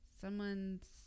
someone's